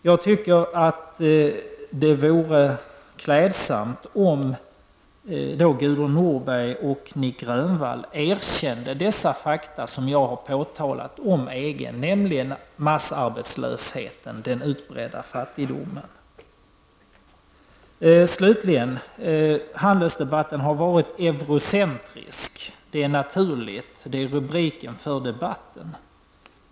Jag tycker att det vore klädsamt om Gudrun Norberg och Nic Grönvall erkände de fakta som jag har påtalat om EG, nämligen massarbetslösheten och den utbredda fattigdomen. Slutligen vill jag säga att handelsdebatten har varit eurocentrisk. Det är naturligt, det är ju rubriken för debatten.